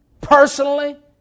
personally